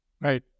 Right